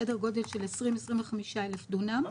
סדר גודל של 20,000 25,000 דונם.